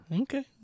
Okay